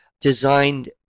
designed